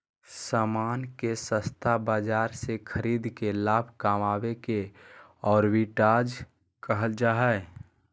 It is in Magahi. सामान के सस्ता बाजार से खरीद के लाभ कमावे के आर्बिट्राज कहल जा हय